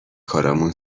کارامون